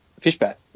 Fishbat